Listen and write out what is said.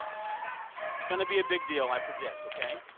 um going to be a big deal, i predict, ok?